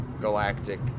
galactic